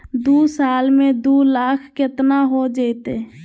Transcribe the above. दू साल में दू लाख केतना हो जयते?